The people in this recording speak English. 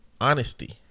honesty